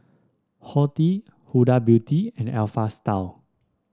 Horti Huda Beauty and Alpha Style